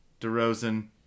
DeRozan